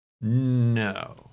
No